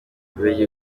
bubiligi